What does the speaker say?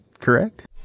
correct